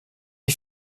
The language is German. ich